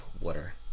water